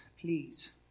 please